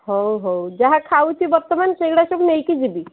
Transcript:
ହଉ ହଉ ଯାହା ଖାଉଛି ବର୍ତ୍ତମାନ ସେଗୁଡ଼ା ସବୁ ନେଇକି ଯିବି